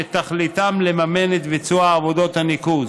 שתכליתם לממן את ביצוע עבודות הניקוז.